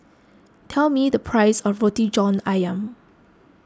tell me the price of Roti John Ayam